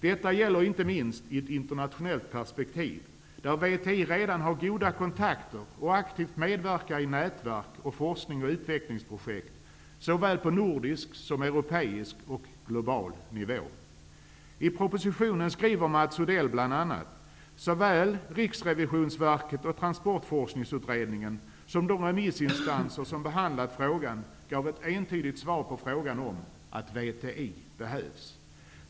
Detta gäller inte minst i ett internationellt perspektiv där VTI redan har goda kontakter och aktivt medverkar i nätverk och forsknings och utvecklingsprojekt såväl på nordisk som på europeisk och global nivå. I propositionen skriver Mats Odell bl.a.: Såväl Transportforskningsutredningen som de remissinstanser som behandlat frågan gav ett entydigt svar på frågan om att VTI behövs.